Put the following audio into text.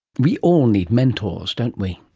we all need mentors, don't we,